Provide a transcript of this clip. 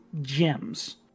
gems